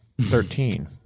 Thirteen